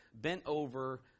bent-over